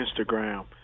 Instagram